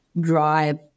drive